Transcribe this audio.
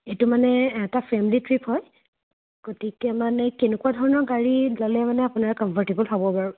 এইটো মানে এটা ফেমিলি ট্ৰিপ হয় গতিকে মানে কেনেকুৱা ধৰণৰ গাড়ী ল'লে মানে আপোনাৰ কমফৰ্টেবল হ'ব বাৰু